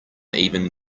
even